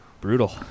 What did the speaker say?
Brutal